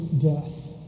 death